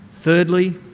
thirdly